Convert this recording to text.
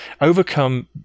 overcome